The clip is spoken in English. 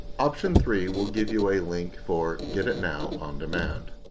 option three will give you a link for get it now on demand.